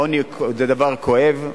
עוני זה דבר כואב,